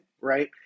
right